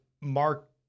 Mark